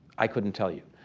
i couldn't tell you.